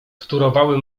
wtórowały